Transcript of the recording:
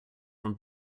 from